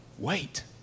Wait